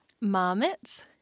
Marmots